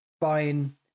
buying